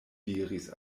diris